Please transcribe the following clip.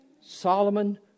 Solomon